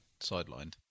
sidelined